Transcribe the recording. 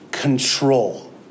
Control